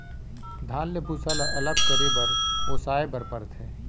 धान ले भूसा ल अलग करे बर ओसाए बर परथे